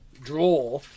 draw